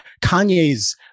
Kanye's